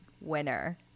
winner